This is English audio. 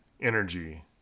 energy